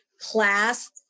class